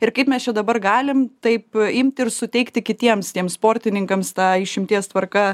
ir kaip mes čia dabar galim taip imti ir suteikti kitiems tiems sportininkams tą išimties tvarka